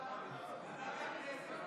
הוועדה לקידום מעמד האישה.